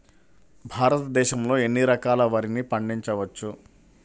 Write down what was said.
భారతదేశంలో ఎన్ని రకాల వరిని పండించవచ్చు